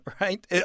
right